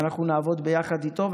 אנחנו נעבוד ביחד איתו.